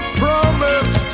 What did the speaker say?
promise